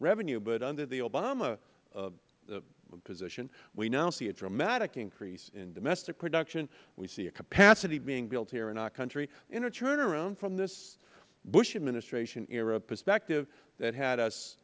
revenue but under the obama position we now see a dramatic increase in domestic production we see a capacity being built here in our country and a turnaround from this bush administration era perspective that had us